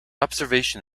observation